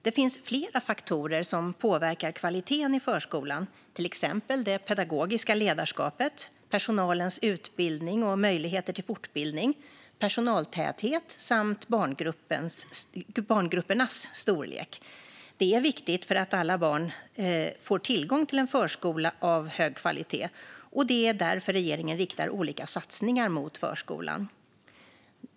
Det finns flera faktorer som påverkar kvaliteten i förskolan, till exempel det pedagogiska ledarskapet, personalens utbildning och möjligheter till fortbildning, personaltäthet samt barngruppernas storlek. Det är viktigt att alla barn får tillgång till en förskola av hög kvalitet, och det är därför regeringen riktar olika satsningar mot förskolan.